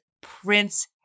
Prince